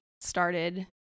started